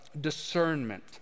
discernment